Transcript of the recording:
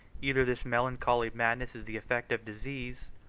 either this melancholy madness is the effect of disease,